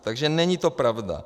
Takže není to pravda.